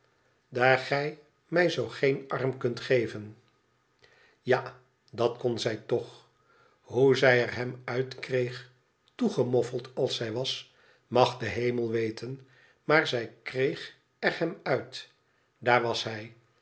daar gij mij zoo geen arm kunt geven ja dat kon zij toch hoe zij er hem uit kreeg toegemoffeld als zij was mag de hemel weten maar zij kreeg er hem uit daar was hij